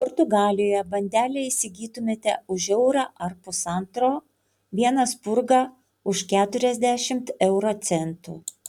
portugalijoje bandelę įsigytumėte už eurą ar pusantro vieną spurgą už keturiasdešimt euro centų